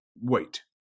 wait